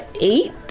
Eight